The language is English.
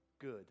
good